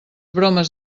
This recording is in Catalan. bromes